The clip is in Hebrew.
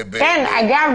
אגב,